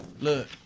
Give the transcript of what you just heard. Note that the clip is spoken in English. look